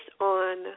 on